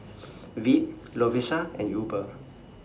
Veet Lovisa and Uber